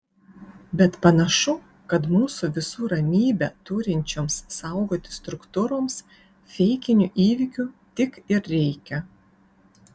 bet panašu kad mūsų visų ramybę turinčioms saugoti struktūroms feikinių įvykių tik ir reikia